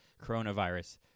coronavirus